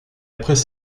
après